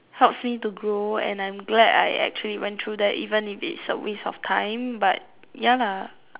helps me to grow and I'm glad that I actually went through that even if it was a waste of time but ya lah